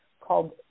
called